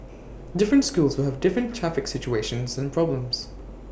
different schools will have different traffic situations and problems